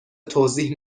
توضیح